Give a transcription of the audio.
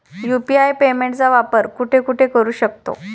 UPI पेमेंटचा वापर कुठे कुठे करू शकतो?